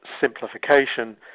simplification